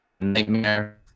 nightmare